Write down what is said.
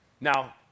Now